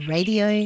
Radio